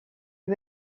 sud